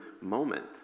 moment